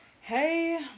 Hey